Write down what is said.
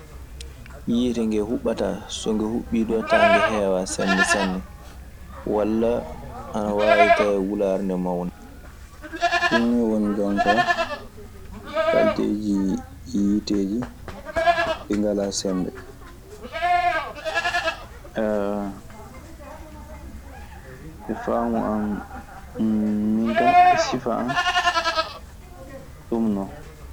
Yiite nge huɓɓataa so nge huɓɓii du a tawan nge heewan sembe sanne; walla ana waawi tawee wulaare ndee mawna. Ɗum nii woni jon kaa kalteeji yiiteeji ɗi ngalaa sembe kaa. E faamu an min ka e sifa an, ɗun non.